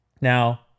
now